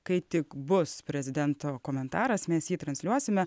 kai tik bus prezidento komentaras mes jį transliuosime